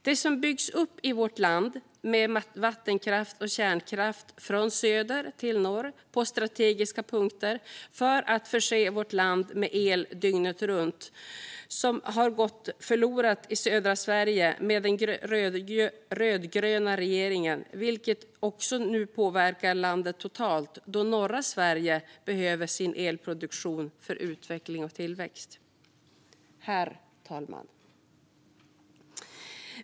Det som byggts upp i vårt land med vattenkraft och kärnkraft från söder till norr på strategiska platser för att förse vårt land med el dygnet runt har gått förlorat i södra Sverige med den rödgröna regeringen, vilket nu också påverkar landet totalt då norra Sverige behöver sin elproduktion för utveckling och tillväxt. Herr talman!